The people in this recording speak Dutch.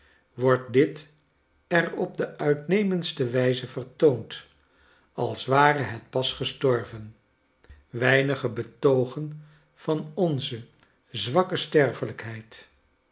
wordt dit er op de uitnemendste wijze vertoond als ware het pas gestorven weinige betoogen van onze zwakke